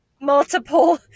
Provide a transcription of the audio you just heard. multiple